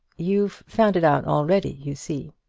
you've found it out already, you see.